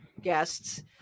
guests